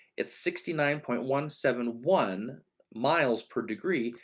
it's sixty nine point one seven one miles per degree,